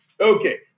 Okay